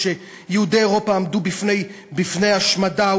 כשיהודי אירופה עמדו בפני השמדה.